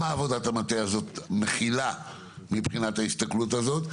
מה עבודת המטה הזאת מכילה מבחינת ההסתכלות הזאת?